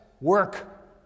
Work